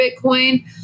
Bitcoin